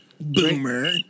Boomer